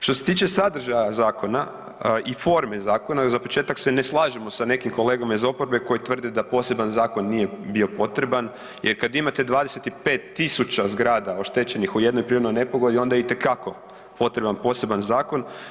Što se tiče sadržaja zakona i forme zakona za početak se ne slažemo sa nekim kolegama iz oporbe koji tvrde da poseban zakon nije bio potreban jer kada imate 25.000 zgrada oštećenih u jednoj prirodnoj nepogodi onda je itekako potreban poseban zakon.